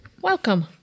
Welcome